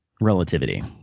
relativity